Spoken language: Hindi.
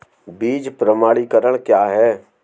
बीज प्रमाणीकरण क्या है?